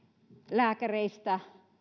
lääkäreistä